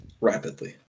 Rapidly